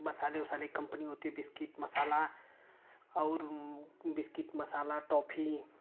मसाले उसाले की कम्पनी होती है बिस्किट मसाला और बिस्किट मसाला टॉफ़ी